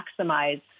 maximize